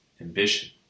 ambition